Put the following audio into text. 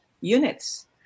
units